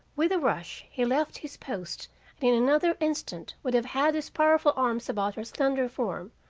with a rush he left his post and in another instant would have had his powerful arms about her slender form,